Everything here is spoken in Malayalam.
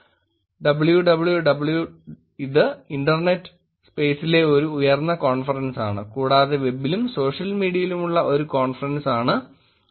WWW ഇത് ഇന്റർനെറ്റ് സ്പേസിലെ ഒരു ഉയർന്ന കോൺഫറൻസ് ആണ് കൂടാതെ വെബിലും സോഷ്യൽ മീഡിയയിലുമുള്ള മറ്റൊരു കോൺഫറൻസ് ആണ് ICWSM